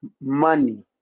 money